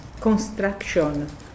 construction